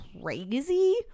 crazy